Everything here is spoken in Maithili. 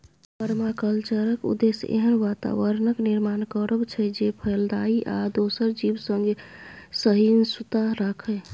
परमाकल्चरक उद्देश्य एहन बाताबरणक निर्माण करब छै जे फलदायी आ दोसर जीब संगे सहिष्णुता राखय